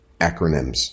Acronyms